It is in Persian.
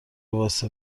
واسه